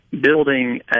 building